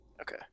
Okay